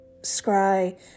scry